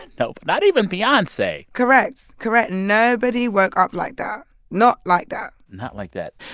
nope, not even beyonce correct. correct. nobody woke up like that not like that not like that.